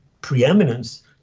preeminence